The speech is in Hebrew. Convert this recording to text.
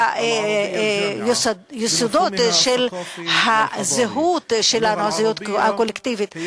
אחד היסודות של הזהות הקולקטיבית שלנו.